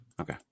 Okay